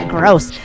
Gross